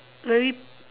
very